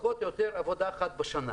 שעו"ד צחי בר ציון